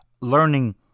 learning